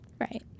Right